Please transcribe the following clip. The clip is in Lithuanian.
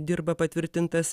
dirba patvirtintas